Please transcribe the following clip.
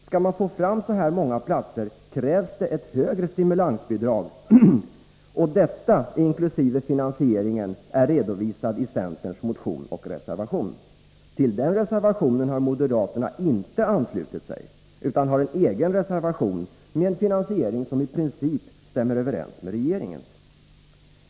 Skall man få fram så här många platser krävs det ett högre stimulansbidrag, och detta inkl. finansieringen är redovisat i centerns motion och reservation. Till den reservationen har moderaterna inte anslutit sig, utan har en egen reservation med en finansiering som i princip stämmer överens med regeringens.